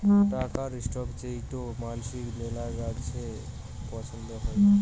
টাকার স্টক যেইটো মানসির মেলাছেন পছন্দ হই